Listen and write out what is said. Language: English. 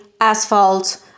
asphalt